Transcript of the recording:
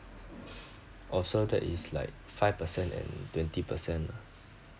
orh so that is like five percent and twenty percent lah